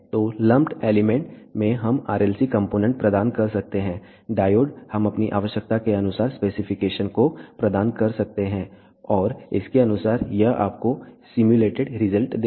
तो lumped element में हम RLC कंपोनेंट प्रदान कर सकते हैं डायोड हम अपनी आवश्यकता के अनुसार स्पेसिफिकेशन को प्रदान कर सकते हैं और इसके अनुसार यह आपको सिम्युलेटेड रिजल्ट देगा